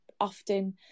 often